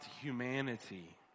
humanity